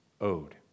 owed